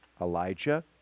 Elijah